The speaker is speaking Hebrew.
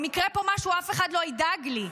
אם יקרה פה משהו אף אחד לא ידאג לי.